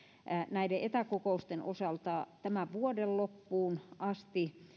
näiden etäkokousten osalta tämän vuoden loppuun asti